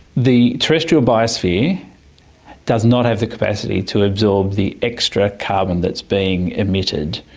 the terrestrial biosphere does not have the capacity to absorb the extra carbon that is being emitted.